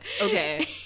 Okay